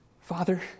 Father